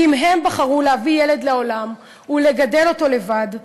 כי אם הן בחרו להביא ילד לעולם ולגדל אותו לבד,